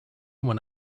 when